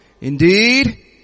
Indeed